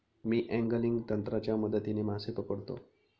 मी angling तंत्राच्या मदतीने मासे पकडतो